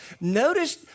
Notice